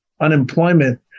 unemployment